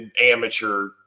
amateur